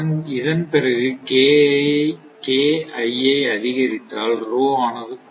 இதன் பிறகு ஐ அதிகரித்தால் ஆனது குறையும்